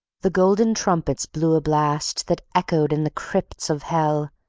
the golden trumpets blew a blast that echoed in the crypts of hell,